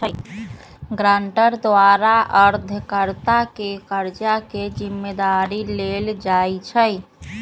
guarantor द्वारा उधारकर्ता के कर्जा के जिम्मदारी लेल जाइ छइ